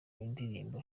y’indirimbo